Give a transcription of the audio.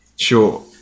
Sure